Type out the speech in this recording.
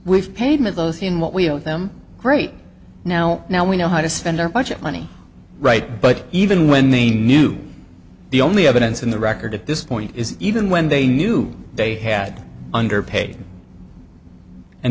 we've paid with those in what we owe them great now now we know how to spend our budget money right but even when they knew the only evidence in the record at this point is even when they knew they had underpaid and